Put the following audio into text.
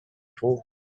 true